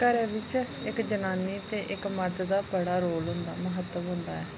घरै बिच इक्क जनानी ते इक्क मर्द दा बड़ा रोल होंदा महत्व होंदा ऐ